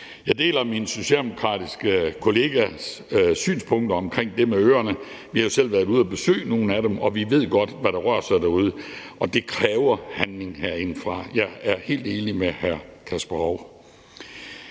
Jeg deler min socialdemokratiske kollegas synspunkt omkring det med øerne. Vi har jo selv været ude at besøge nogle af dem, og vi ved godt, hvad der rører sig derude, og det kræver handling herindefra. Jeg er helt enig med hr. Kasper Roug.